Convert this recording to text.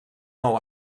nou